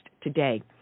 today